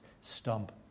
stump